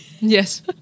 Yes